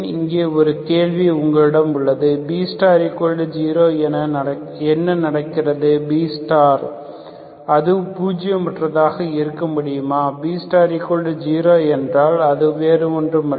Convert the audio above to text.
இங்கே ஒரு கேள்வி உங்களிடம் உள்ளது B0 என்ன நடக்கிறது B அது பூஜ்ஜியமாக இருக்க முடியுமா B0 என்றால் அது ஒன்றுமில்லை